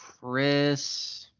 Chris